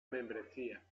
membresía